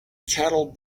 cattle